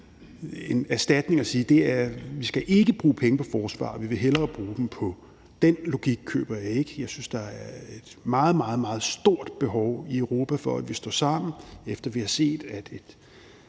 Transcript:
en erstatning og sige, at vi ikke skal bruge penge på forsvaret, og at vi hellere vil bruge dem sådan, er en logik, jeg ikke køber. Jeg synes, der er et meget, meget stort behov i Europa for, at vi står sammen. Efter at vi har set, at et